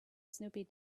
snoopy